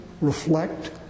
reflect